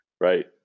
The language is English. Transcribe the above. Right